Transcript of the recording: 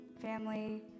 family